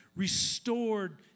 restored